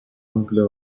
amplia